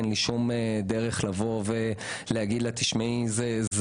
אין לי שום דרך לבוא ולהגיד לה שזה ניצול.